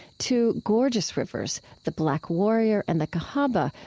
two gorgeous rivers, the black warrior and the cahaba,